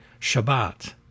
Shabbat